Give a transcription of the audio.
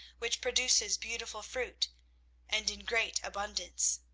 which produces beautiful fruit and in great abundance.